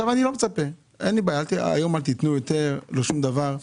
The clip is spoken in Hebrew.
אני לא מצפה, היום אל תיתנו יותר, לא שום דבר,